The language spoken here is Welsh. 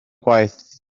gwaith